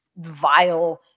vile